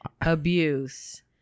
abuse